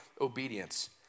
obedience